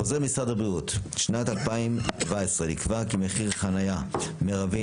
בחוזרי משרד הבריאות לשנת 2017 נקבע כי מחיר חניה מרבי